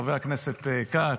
לחבר הכנסת כץ.